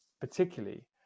particularly